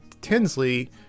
Tinsley